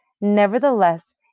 Nevertheless